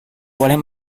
boleh